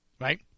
Right